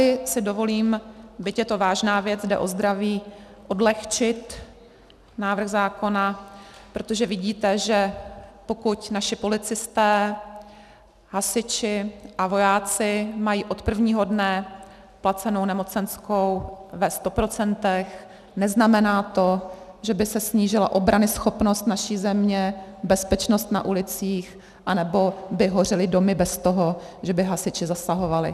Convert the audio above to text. Tady si dovolím, byť je to vážná věc, jde o zdraví, odlehčit návrh zákona, protože vidíte, že pokud naši policisté, hasiči a vojáci mají od prvního dne placenou nemocenskou ve 100 %, neznamená to, že by se snížila obranyschopnost naší země, bezpečnost na ulicích nebo by hořely domy bez toho, že by hasiči zasahovali.